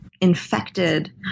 infected